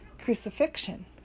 crucifixion